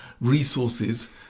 resources